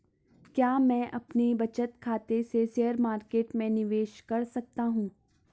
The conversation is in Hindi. क्या मैं अपने बचत खाते से शेयर मार्केट में निवेश कर सकता हूँ?